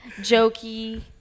jokey